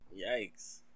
Yikes